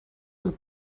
were